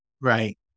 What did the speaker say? Right